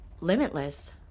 limitless